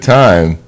time